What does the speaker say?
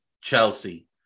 Chelsea